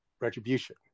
retribution